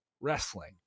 wrestling